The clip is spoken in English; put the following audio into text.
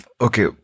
Okay